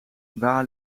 waar